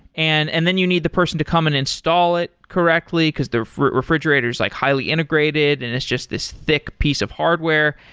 and and then you need the person to come and install it correctly, because their refrigerator is like highly integrated and it's just this thick piece of hardware.